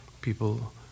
people